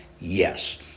Yes